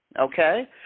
Okay